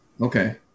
Okay